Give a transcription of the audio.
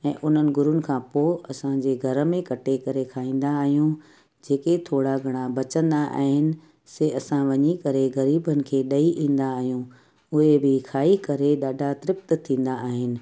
ऐं उन्हनि गुरूनि खां पोइ असांजे घर में कटे करे खाईंदा आहियूं जेके थोरा घणा बचंदा आहिनि से असां वञी करे ग़रीबनि खे ॾई ईंदा आहियूं उहे बि खाई करे ॾाढा तृप्त थींदा आहिनि